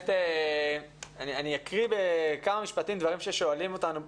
אני אקריא בכמה משפטים דברים ששואלים אותנו,